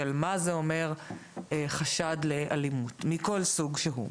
מה זה אומר חשד לאלימות מכל סוג שהוא.